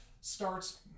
starts